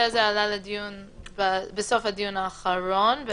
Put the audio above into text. לדיון בסוף הדיון האחרון.